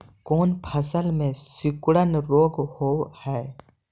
कोन फ़सल में सिकुड़न रोग होब है?